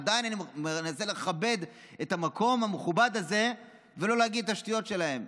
עדיין אני מנסה לכבד את המקום המכובד הזה ולא להגיד את השטויות שלהם.